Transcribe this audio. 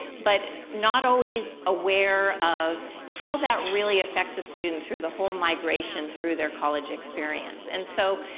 but not always aware of how that really affects a student through the whole migration through their college experience. and so,